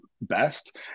best